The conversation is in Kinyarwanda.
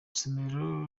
isomero